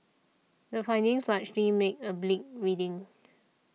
the findings largely make a bleak reading